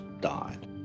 died